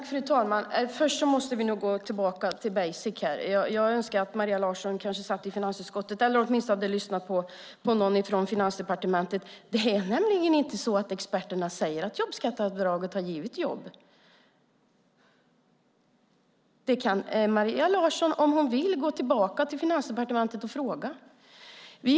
Fru talman! Först måste vi nog gå tillbaka till basic här. Jag önskar att Maria Larsson satt i finansutskottet eller åtminstone hade lyssnat på någon i Finansdepartementet. Det är nämligen inte så att experterna säger att jobbskatteavdraget har givit jobb. Maria Larsson kan, om hon vill, gå tillbaka till Finansdepartementet och fråga om det.